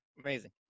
Amazing